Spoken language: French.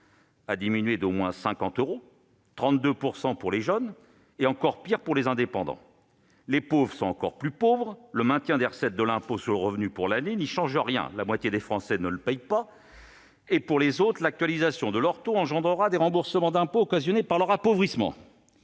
à 32 % chez les jeunes, et la situation est pire pour les indépendants. Les pauvres sont encore plus pauvres. Le maintien des recettes de l'impôt sur le revenu pour l'année n'y change rien- la moitié des Français ne le paie pas -, et, pour les autres, l'actualisation de leur taux entraînera des remboursements d'impôts causés par leur appauvrissement.